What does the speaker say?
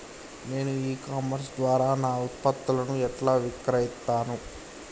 నేను e commerce ద్వారా నా ఉత్పత్తులను ఎట్లా విక్రయిత్తను?